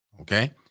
Okay